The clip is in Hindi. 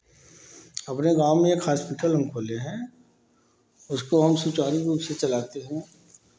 अपने गाँव में एक हॉस्पिटल हम खोले हैं उसको हम सुचारू रूप से चलाते हैं